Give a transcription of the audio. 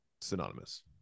Synonymous